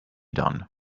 done